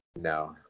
no